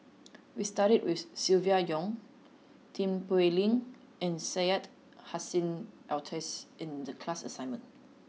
we studied about Silvia Yong Tin Pei Ling and Syed Hussein Alatas in the class assignment